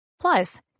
Plus